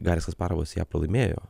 garis kasparovas ją pralaimėjo